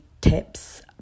tips